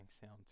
sound